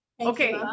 Okay